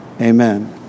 Amen